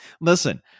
listen